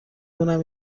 کنم